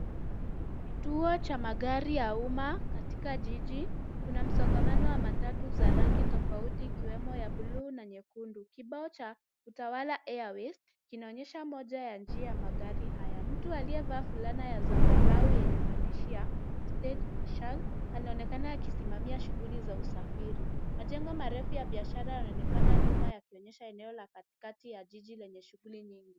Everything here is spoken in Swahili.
Kituo cha magari ya umma katika jiji. Kuna msongamano wa matatu za rangi tofauti ikiwemo ya buluu na nyekundu. Kibao cha Utawala airways kinaonyesha moja ya njia ya magari haya. Mtu aliyevaa fulana ya zambarau yenye maandishi ya stage marshal anaonekana akisimamia shughuli za usafiri. Majengo marefu ya biashara yanaonekana nyuma yakionyesha eneo la katikati ya jiji lenye shughuli nyingi.